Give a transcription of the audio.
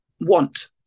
want